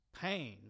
Pain